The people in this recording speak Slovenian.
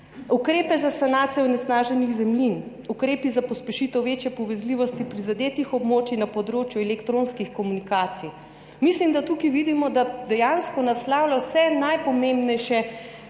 ukrepi za sanacijo onesnaženih zemljin, ukrepi za pospešitev večje povezljivosti prizadetih območij na področju elektronskih komunikacij. Mislim, da tukaj vidimo, da dejansko naslavlja vsa najpomembnejša